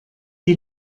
die